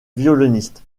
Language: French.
violoniste